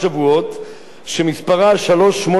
ומספרה 3889/18,